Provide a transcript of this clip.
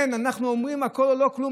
כן, אנחנו אומרים הכול או לא כלום.